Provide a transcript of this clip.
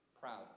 proud